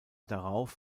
darauf